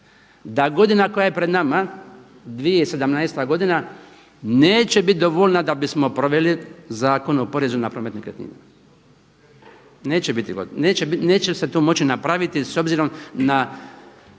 Da godina koja je pred nama 2017. godina neće biti dovoljna da bismo proveli Zakon o porezu na promet nekretnina, neće biti, neće se tu moći napraviti s obzirom na